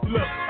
Look